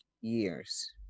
years